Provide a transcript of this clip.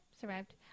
survived